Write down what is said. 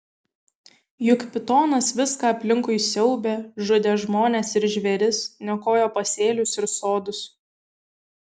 juk pitonas viską aplinkui siaubė žudė žmones ir žvėris niokojo pasėlius ir sodus